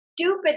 stupid